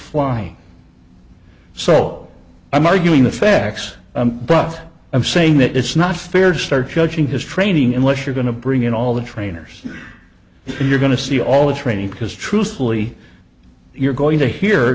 flying so i'm arguing the facts but i'm saying that it's not fair to start judging his training unless you're going to bring in all the trainers and you're going to see all the training because truthfully you're going to hear